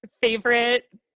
favorite